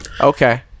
Okay